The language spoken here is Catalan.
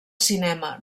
cinema